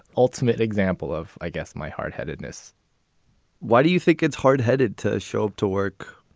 ultimate example of, i guess, my hard headedness why do you think it's hard headed to show up to work?